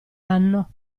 anno